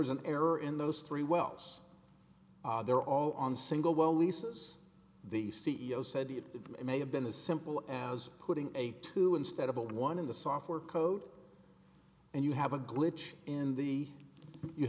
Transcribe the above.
was an error in those three wells they're all on single well lisa's the c e o said it may have been as simple as putting a two instead of a one in the software code and you have a glitch in the you